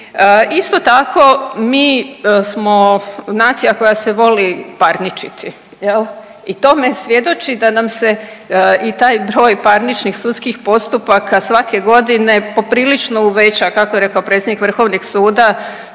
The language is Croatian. Isto tako mi smo nacija koja se voli parničiti jel i tome svjedoči da nam se i taj broj parničnih sudskih postupaka svake godine poprilično uveća, kako je rekao predsjednik Vrhovnog suda